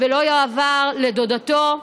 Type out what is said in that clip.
לא יועבר לדודתו.